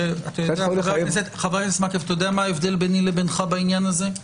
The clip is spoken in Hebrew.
יודע מה ההבדל בינינו בעניין זה?